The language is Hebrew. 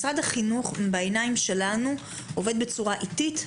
אך משרד החינוך בעינינו עובד בצורה איטית,